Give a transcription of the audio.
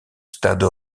stade